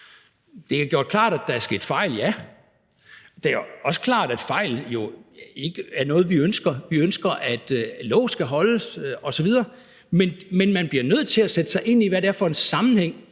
Det er gjort klart, at der er sket fejl, ja, og det er også klart, at fejl jo ikke er noget, vi ønsker. Vi ønsker, at lov skal holdes osv. Men man bliver nødt til at sætte sig ind i, hvad det er for en sammenhæng,